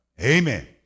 amen